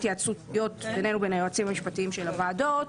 התייעצנו גם עם היועצים המשפטיים של הוועדות